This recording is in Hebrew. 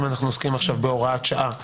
אם אנחנו עוסקים עכשיו בהוראת שעה,